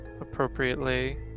appropriately